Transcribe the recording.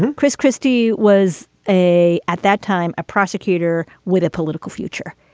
and chris christie was a at that time a prosecutor with a political future.